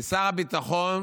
לשר הביטחון